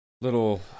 Little